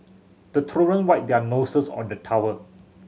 the children wipe their noses on the towel